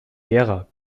gera